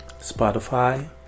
Spotify